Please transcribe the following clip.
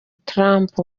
trump